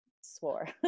swore